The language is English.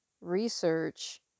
research